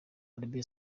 arabie